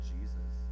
Jesus